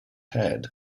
head